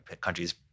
countries